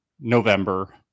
November